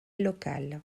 local